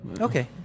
Okay